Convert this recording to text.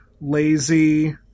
lazy